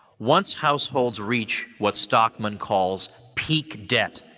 once households reach what stockman calls peak debt.